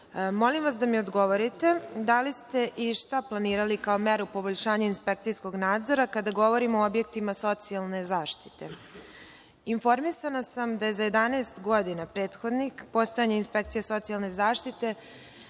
vas da mi odgovorite, da li ste i šta planirali kao meru poboljšanja inspekcijskog nadzora kada govorimo o objektima socijalne zaštite? Informisana sam da je za prethodnih 11 godina postojanja Inspekcije socijalne zaštite